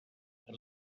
and